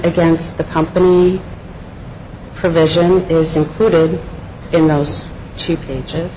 against the company provision is included in those two pages